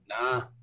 Nah